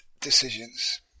Decisions